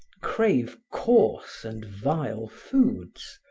crave coarse and vile foods,